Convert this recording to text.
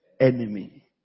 enemy